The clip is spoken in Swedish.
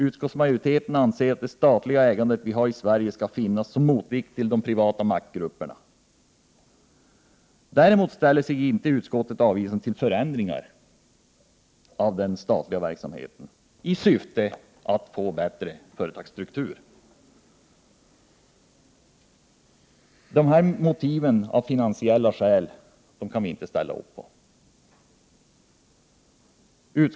Utskottsmajoriteten anser att det statliga ägandet i Sverige skall finnas såsom motvikt till de privata maktgrupperna. Däremot ställer sig utskottet inte avvisande till förändringar av den statliga verksamheten i syfte att åstadkomma en bättre företagsstruktur. De finansiella skälen kan vi inte ställa upp på.